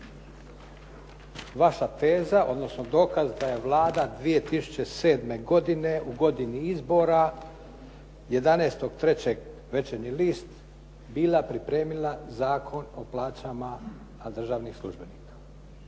vaša teza, odnosno dokaz da je Vlada 2007. godine u godini izbora 11.3., Večernji list, bila pripremila Zakon o plaćama državnih službenika.